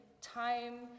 time